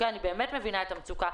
אני באמת מבינה את המצוקה,